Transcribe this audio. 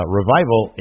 revival